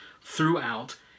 throughout